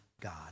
God